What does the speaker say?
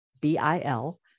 BIL